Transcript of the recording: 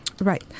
Right